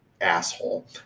Asshole